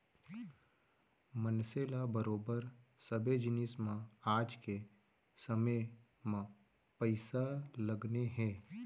मनसे ल बरोबर सबे जिनिस म आज के समे म पइसा लगने हे